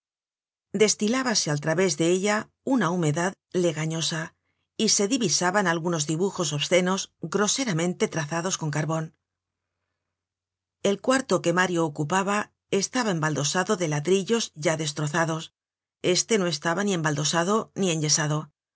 des tilábase al través de ella una humedad legañosa y se divisaban algunos dibujos obscenos groseramente trazados con carbon content from google book search generated at el cuarto que mario ocupaba estaba embaldosado de ladrillos ya destrozados este no estaba ni embaldosado ni enyesado